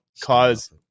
cause